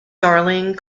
darling